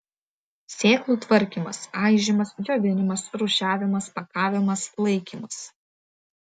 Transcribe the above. sėklų tvarkymas aižymas džiovinimas rūšiavimas pakavimas laikymas